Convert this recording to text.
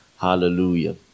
Hallelujah